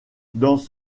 dans